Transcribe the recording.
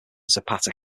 zapata